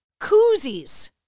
koozies